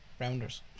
rounders